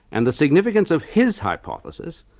and the significance of his hypothesis,